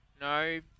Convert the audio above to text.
No